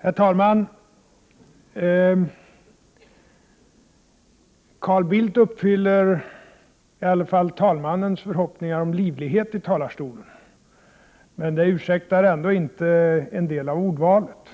Herr talman! Carl Bildt uppfyller i alla fall talmannens förhoppningar om livlighet i talarstolen. Det ursäktar ändå inte en del av ordvalet.